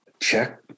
check